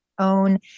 own